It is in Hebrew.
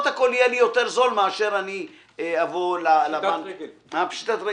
הכל יהיה לי יותר זול מאשר לבוא לבנק -- פשיטת רגל.